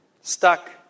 stuck